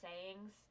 sayings